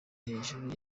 hejuru